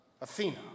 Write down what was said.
Athena